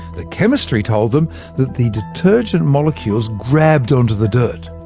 the chemistry told them the the detergent molecules grabbed onto the dirt.